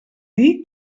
dir